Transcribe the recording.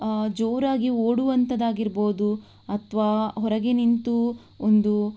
ಜೋರಾಗಿ ಓಡುವಂಥದ್ದಾಗಿರಬಹುದು ಅಥವಾ ಹೊರಗೆ ನಿಂತು ಒಂದು